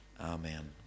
Amen